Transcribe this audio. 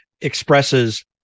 expresses